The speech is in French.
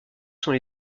sont